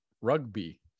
rugby